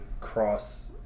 cross